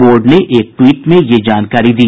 board ने एक tweet में ये जानकारी दी